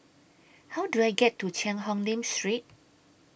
How Do I get to Cheang Hong Lim Street